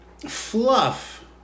fluff